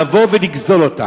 לבוא ולגזול אותן.